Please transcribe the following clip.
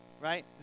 right